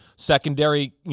secondary